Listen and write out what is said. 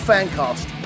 Fancast